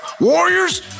Warriors